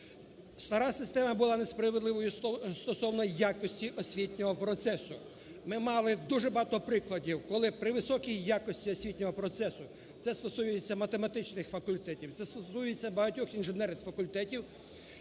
Стара система була несправедливою стосовно якості освітнього процесу. Ми мали дуже багато прикладів, коли при високій якості освітнього процесу, це стосується математичних факультетів, це стосується багатьох інженерних факультетів,